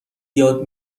یاد